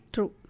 True